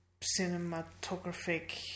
cinematographic